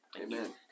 Amen